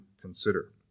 consider